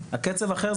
הקצה אחר,